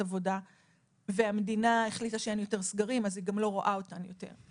עבודה והמדינה החליטה שאין יותר סגרים אז היא גם לא רואה אותן יותר.